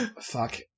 fuck